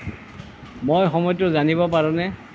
জানিব পাৰোঁনে